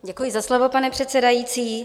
Děkuji za slovo, pane předsedající.